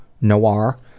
noir